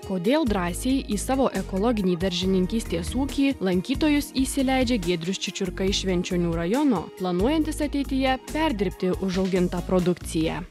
kodėl drąsiai į savo ekologinį daržininkystės ūkį lankytojus įsileidžia giedrius čičiurka iš švenčionių rajono planuojantis ateityje perdirbti užaugintą produkciją